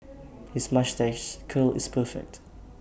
his moustache curl is perfect